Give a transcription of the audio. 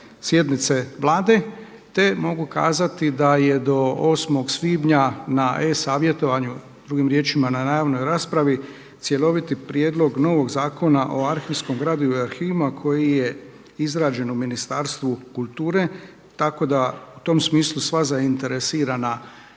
sjednice Vlade, te mogu kazati da je do 8. svibnja na e-savjetovanju, drugim riječima na javnoj raspravi cjeloviti prijedlog novog Zakona o arhivskom gradivu i arhivima koji je izrađen u Ministarstvu kulture, tako da u tom smislu sva zainteresirana